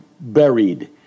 buried